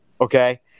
Okay